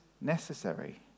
necessary